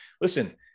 listen